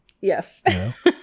yes